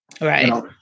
right